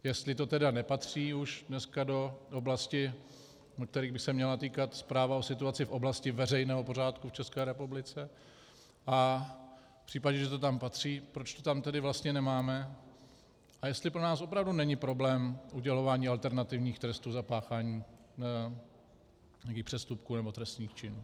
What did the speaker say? Jestli to tedy už dneska nepatří do oblasti, které by se měla týkat zpráva o situaci v oblasti veřejného pořádku v České republice, a v případě, že to tam patří, proč to tam tedy vlastně nemáme a jestli pro nás opravdu není problém udělování alternativních trestů za páchání nějakých přestupků nebo trestných činů.